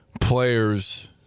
players